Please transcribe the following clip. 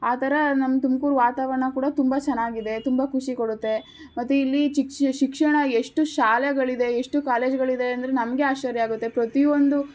ಆ ಥರ ನಮ್ಮ ತುಮ್ಕೂರು ವಾತಾವರಣ ಕೂಡ ತುಂಬ ಚೆನ್ನಾಗಿದೆ ತುಂಬ ಖುಷಿ ಕೊಡುತ್ತೆ ಮತ್ತು ಇಲ್ಲಿ ಶಿಕ್ಷಣ ಎಷ್ಟು ಶಾಲೆಗಳಿದೆ ಎಷ್ಟು ಕಾಲೇಜುಗಳಿದೆ ಅಂದರೆ ನಮಗೆ ಆಶ್ಚರ್ಯ ಆಗುತ್ತೆ ಪ್ರತಿಯೊಂದು